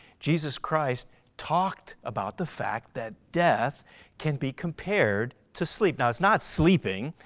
jesus christ talked about the fact that death can be compared to sleep. now it's not sleeping.